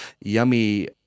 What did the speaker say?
yummy